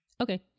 Okay